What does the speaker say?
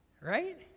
right